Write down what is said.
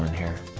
here